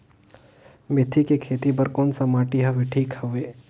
मेथी के खेती बार कोन सा माटी हवे ठीक हवे?